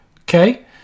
okay